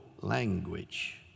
language